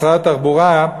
משרד התחבורה,